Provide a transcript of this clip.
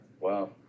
Wow